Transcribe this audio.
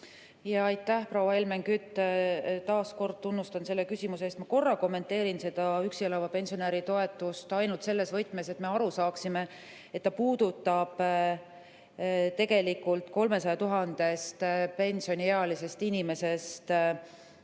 Aitäh, proua Helmen Kütt! Taas kord tunnustan selle küsimuse eest. Ma korra kommenteerin seda üksi elava pensionäri toetust ainult selles võtmes, et me aru saaksime, et see puudutab tegelikult 300 000 pensioniealisest inimesest 91